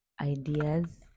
ideas